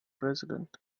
president